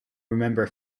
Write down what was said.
remember